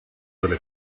delle